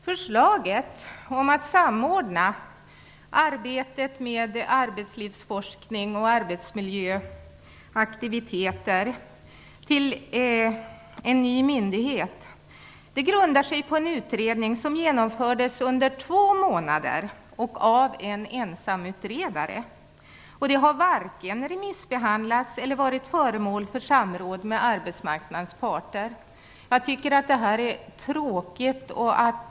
Förslaget om att samordna arbetet med arbetslivsforskning och arbetsmiljöaktiviteter till en ny myndighet grundas på en utredning som genomfördes under två månader och av en ensamutredare. Förslaget har varken remissbehandlats eller varit föremål för samråd med arbetsmarknadens parter. Jag tycker att det är tråkigt.